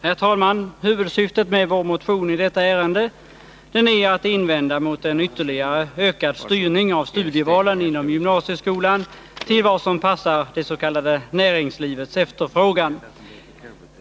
Herr talman! Huvudsyftet med vår motion i detta ärende är att invända mot en ytterligare ökad styrning av studievalen inom gymnasieskolan till vad som passar det s.k. näringslivets efterfrågan.